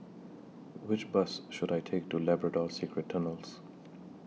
Which Bus should I Take to Labrador Secret Tunnels